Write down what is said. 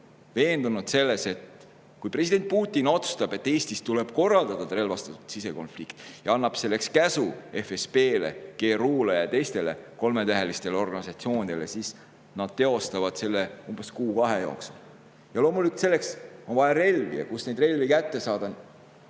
veendunud selles, et kui president Putin otsustab, et Eestis tuleb korraldada relvastatud sisekonflikt, ja annab selleks käsu FSB‑le, GRU‑le ja teistele kolmetähelistele organisatsioonidele, siis nad teostavad selle kuu-kahe jooksul. Loomulikult on selleks vaja relvi. Kust neid relvi saada?